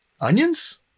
onions